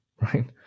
right